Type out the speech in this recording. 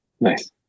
nice